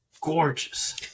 gorgeous